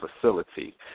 facility